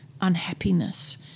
unhappiness